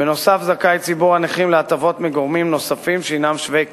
בנוסף זכאי ציבור הנכים להטבות מגורמים נוספים שהם שווי כסף,